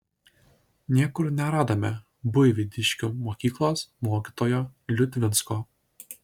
niekur neradome buivydiškių mokyklos mokytojo liutvinsko